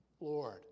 Lord